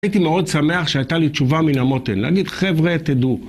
הייתי מאוד שמח שהייתה לי תשובה מן המותן, להגיד חבר'ה תדעו